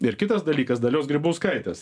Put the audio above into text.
ir kitas dalykas dalios grybauskaitės